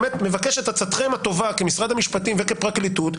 באמת מבקש את עצתכם הטובה כמשרד המשפטים וכפרקליטות,